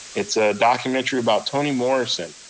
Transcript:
it's a documentary about tony morrison.